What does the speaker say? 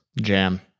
Jam